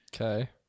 Okay